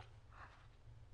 אצלנו.